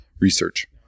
research